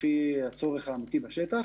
לפי הצורך האמיתי בשטח,